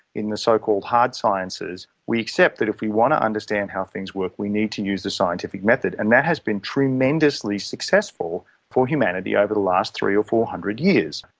in the so-called hard sciences, we accept that if we want to understand how things work, we need to use a scientific method, and that has been tremendously successful for humanity over the last three hundred or four hundred years.